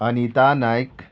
Anita Naik